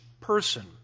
person